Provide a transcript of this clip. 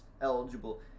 eligible